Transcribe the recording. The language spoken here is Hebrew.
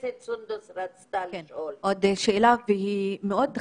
אני חושב שממוצע ההלוואה שהועמדה וממוצע ההלוואה